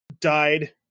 Died